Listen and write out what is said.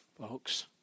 folks